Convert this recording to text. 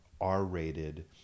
r-rated